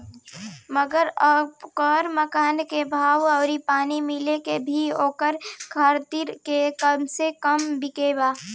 मगर ओकरा मकान के भाव अउरी पानी मिला के भी ओकरा खरीद से कम्मे मे बिकल बा